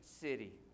city